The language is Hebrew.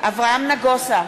אברהם נגוסה,